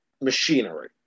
machinery